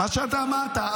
מה שאתה אמרת.